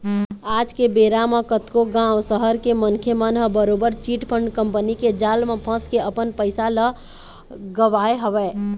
आज के बेरा म कतको गाँव, सहर के मनखे मन ह बरोबर चिटफंड कंपनी के जाल म फंस के अपन पइसा ल गवाए हवय